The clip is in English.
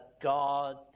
God